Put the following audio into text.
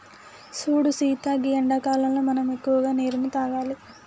సూడు సీత గీ ఎండాకాలంలో మనం ఎక్కువగా నీరును తాగాలి